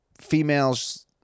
females